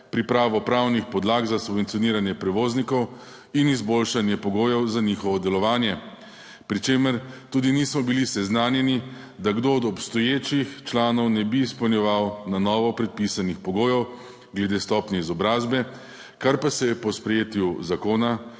pripravo pravnih podlag za subvencioniranje prevoznikov in izboljšanje pogojev za njihovo delovanje, pri čemer tudi nismo bili seznanjeni, da kdo od obstoječih članov ne bi izpolnjeval na novo predpisanih pogojev glede stopnje izobrazbe, kar pa se je po sprejetju zakona